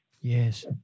Yes